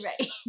right